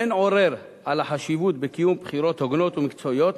אין עורר על החשיבות בקיום בחירות הוגנות ומקצועיות,